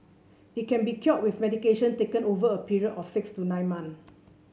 it can be cured with medication taken over a period of six to nine months